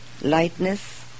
lightness